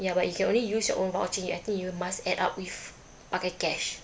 ya but you can only use your own voucher I think you must add up with pakai cash